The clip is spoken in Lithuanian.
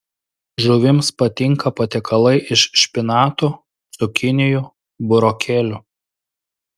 žuvims patinka patiekalai iš špinatų cukinijų burokėlių